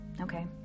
okay